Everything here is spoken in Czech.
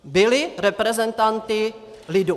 Byli reprezentanty lidu.